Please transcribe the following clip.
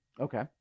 Okay